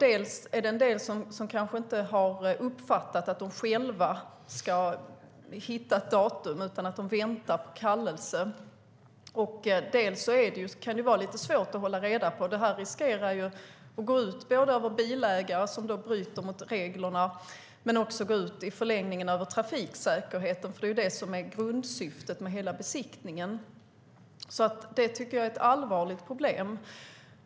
En del kanske inte har uppfattat att de själva ska hitta ett datum utan väntar på kallelsen, och det kan vara lite svårt att hålla reda på det. Det riskerar att gå ut över bilägare, som då bryter mot reglerna, men i förlängningen också över trafiksäkerheten, som är grundsyftet med hela besiktningen. Jag tycker att det är ett allvarligt problem.